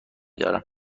دارم